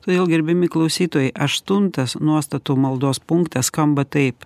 todėl gerbiami klausytojai aštuntas nuostatų maldos punktas skamba taip